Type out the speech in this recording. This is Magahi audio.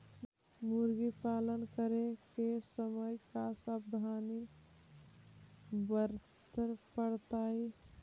मुर्गी पालन करे के समय का सावधानी वर्तें पड़तई?